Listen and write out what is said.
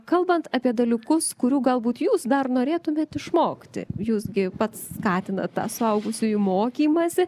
kalbant apie dalykus kurių galbūt jūs dar norėtumėt išmokti jūs gi pats skatinat tą suaugusiųjų mokymąsi